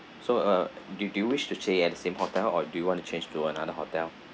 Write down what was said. so uh do do you wish to stay at the same hotel or do you want to change to another hotel